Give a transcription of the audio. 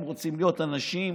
הם רוצים להיות אנשים,